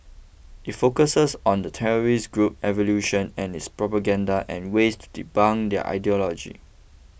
it focuses on the terrorist group's evolution and its propaganda and ways to debunk their ideology